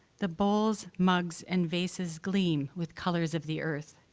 the bowls, mugs and vases gleam with colors of the earth,